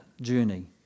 journey